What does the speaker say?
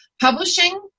publishing